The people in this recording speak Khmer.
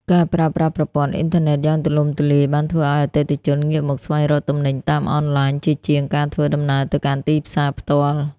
ការប្រើប្រាស់ប្រព័ន្ធអ៊ីនធឺណិតយ៉ាងទូលំទូលាយបានធ្វើឱ្យអតិថិជនងាកមកស្វែងរកទំនិញតាមអនឡាញ ជាជាងការធ្វើដំណើរទៅកាន់ទីផ្សារផ្ទាល់។